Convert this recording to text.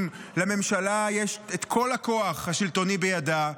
אם לממשלה יש את כל הכוח השלטוני בידה,